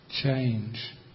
change